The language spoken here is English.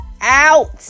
out